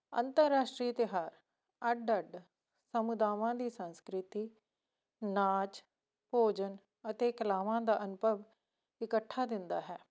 ਅੰਤਰਰਾਸ਼ਟਰੀ ਤਿਉਹਾਰ ਅੱਡ ਅੱਡ ਸਮੁਦਾਵਾਂ ਦੀ ਸੰਸਕ੍ਰਿਤੀ ਨਾਚ ਭੋਜਨ ਅਤੇ ਕਲਾਵਾਂ ਦਾ ਅਨੁਭਵ ਇਕੱਠਾ ਦਿੰਦਾ ਹੈ